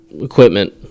equipment